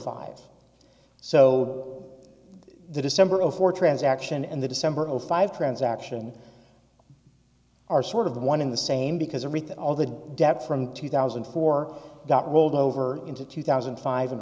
five so the december of four transaction and the december of five transaction are sort of the one in the same because everything all the debt from two thousand and four got rolled over into two thousand and five